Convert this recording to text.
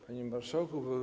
Panie Marszałku!